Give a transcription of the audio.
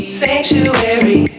sanctuary